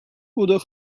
oder